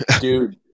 Dude